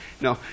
no